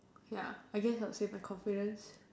ya I guess I would say my confidence